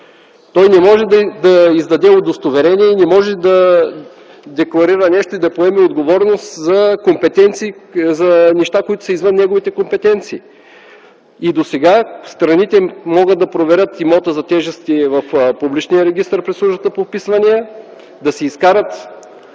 Той не може да издаде удостоверение, не може да декларира нещо и да поеме отговорност за неща, които са извън неговите компетенции. И досега страните могат да проверят имота за тежести в Публичния регистър при службата по вписвания, да си изкарат